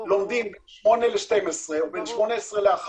לומדים בין 08:00 ל-12:00 או עד 13:00,